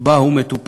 שבה הוא מטופל.